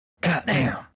Goddamn